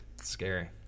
Scary